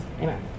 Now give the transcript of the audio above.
Amen